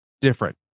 different